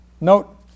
Note